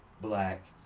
black